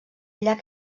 llac